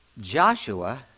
Joshua